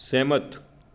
ਸਹਿਮਤ